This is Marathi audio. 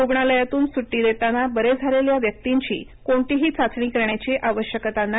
रुग्णालयातून सुटी देताना बरे झालेल्या व्यक्तिंची कोणतीही चाचणी करण्याची आवश्यकता नाही